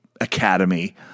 Academy